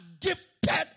gifted